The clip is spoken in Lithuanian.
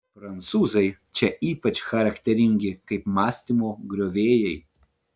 prancūzai čia ypač charakteringi kaip mąstymo griovėjai